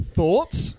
thoughts